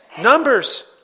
Numbers